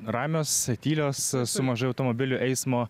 ramios tylios su mažai automobilių eismo